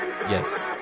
Yes